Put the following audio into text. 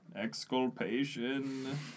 Exculpation